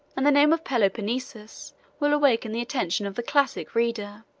and the name of peloponnesus will awaken the attention of the classic reader.